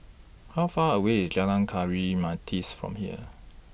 How Far away IS Jalan Kayu from here